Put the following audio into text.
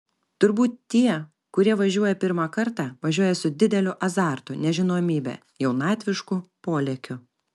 turbūt tie kurie važiuoja pirmą kartą važiuoja su dideliu azartu nežinomybe jaunatvišku polėkiu